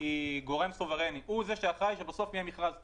היא גורם סוברני שאחראית שבסוף יהיה מכרז טוב.